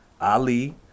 Ali